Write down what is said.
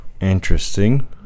Interesting